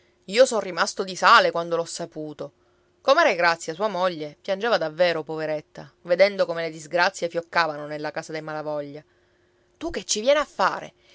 io son rimasto di sale quando l'ho saputo comare grazia sua moglie piangeva davvero poveretta vedendo come le disgrazie fioccavano nella casa dei malavoglia tu che ci vieni a fare